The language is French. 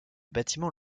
bâtiment